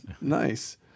Nice